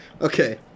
okay